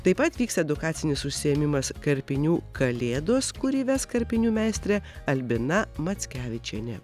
taip pat vyks edukacinis užsiėmimas karpinių kalėdos kurį ves karpinių meistrė albina mackevičienė